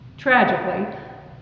Tragically